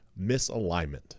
misalignment